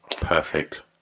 Perfect